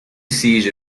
siege